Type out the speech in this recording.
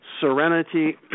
Serenity